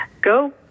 go